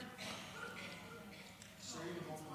כשהיינו באופוזיציה.